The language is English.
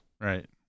Right